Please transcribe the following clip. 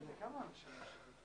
נציג משרד המשפטים,